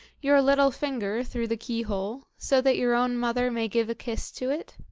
your little finger through the key-hole, so that your own mother may give a kiss to it?